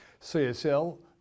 CSL